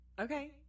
Okay